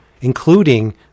including